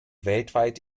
weltweit